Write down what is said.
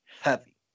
heavy